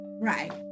right